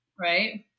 right